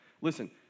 Listen